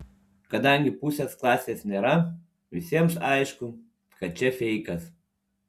kadangi pusės klasės nėra visiems aišku kad čia feikas